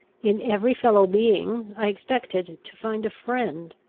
in every fellow-being i expected to find a friend.